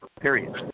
period